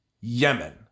Yemen